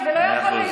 עין כרם,